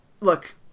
look